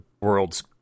world's